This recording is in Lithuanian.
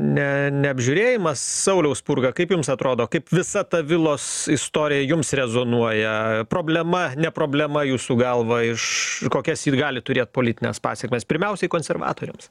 ne neapžiūrėjimas sauliau spurga kaip jums atrodo kaip visa ta vilos istorija jums rezonuoja problema ne problema jūsų galva iš kokias ji gali turėtipolitines pasekmes pirmiausiai konservatoriams